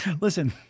Listen